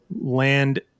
land